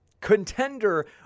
contender